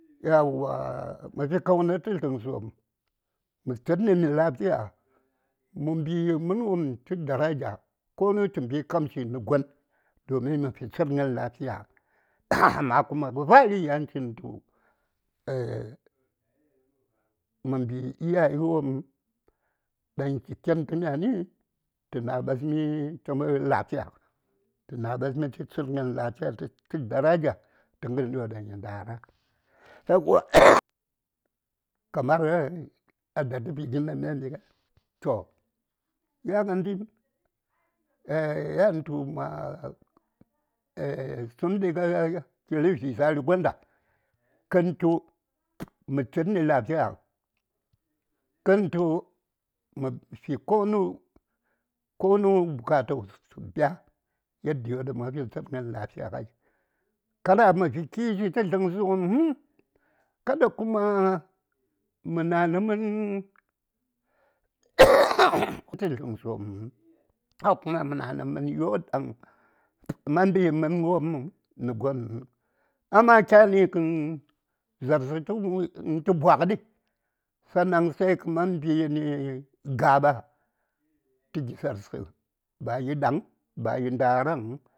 ﻿Yauwa mə fi kauna tə dləŋsə wopm mə tsəni lafiya mə mbi mən wopm tə daraja konu tə mbi kamshi nə gon, domin məfi tsəŋgən lafiya amma kuma abu na fari yanchitu yanchitu mə mbi iyaye wopm ɗaŋ chi ken tə myani tə na: ɓasmitə mən lafiya tə na:ɓasmi mi tə tsəngən daraja tə na: ɓasmi tə tsəngən lafiya tə daraja tə gəryo daŋ yi ndara yauwa kamar kə datəpigin də may mbi ŋai toh yan gəndi ee a yan dantu ma sum ɗi a kile vickza:ri gom ɗah kəntu mə tsədni lafiya kəntu mə fi konu konu bukata wos tə biya yandiyo ɗaŋ ma fi tsədkən lafiya ai kada mə fi kishi tə dləŋsə wopm huŋ kada kuma mən tə dləŋsawopm həŋ haka kuma mə na: nə mənyo ɗaŋ ma mbi mən wopm nə gon həŋ amma kyani gən za:rsə tə bwagədi sanna sai kə man kə man mbini ga:ɓa tə za:rsə nə gi bayi ɗaŋ bayi ndara